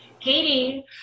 Katie